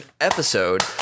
episode